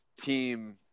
team